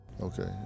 Okay